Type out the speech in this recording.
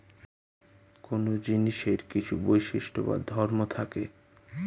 কোন জিনিসের কিছু বৈশিষ্ট্য বা ধর্ম থাকে